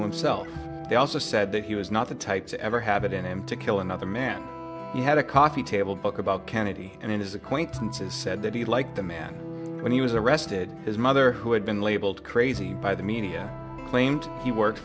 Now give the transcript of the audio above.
himself they also said that he was not the type to ever have it in him to kill another man he had a coffee table book about kennedy and his acquaintances said that he liked the man when he was arrested his mother who had been labeled crazy by the media claimed he worked